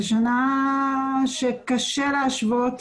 זאת שנה שקשה להשוות.